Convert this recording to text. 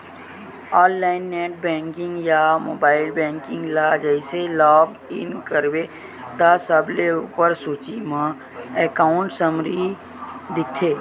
online net banking या mobile banking ल जइसे लॉग इन करबे त सबले उप्पर सूची म एकांउट समरी दिखथे